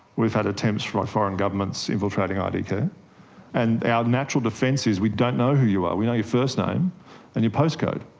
we've had attempts by foreign governments infiltrating ah idcare, and our natural defence is we don't know who you are, we know your first name and your post code,